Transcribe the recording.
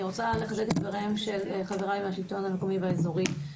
אני רוצה לחזק את הדברים של חבריי מהשלטון המקומי והאזורי.